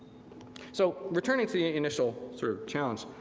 so returning to the initial sort of challenge.